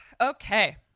Okay